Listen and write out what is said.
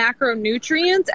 macronutrients